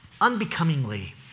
Unbecomingly